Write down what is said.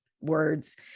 words